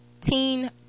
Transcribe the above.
teen